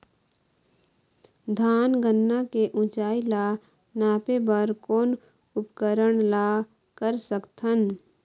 धान गन्ना के ऊंचाई ला नापे बर कोन उपकरण ला कर सकथन?